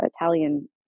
Italian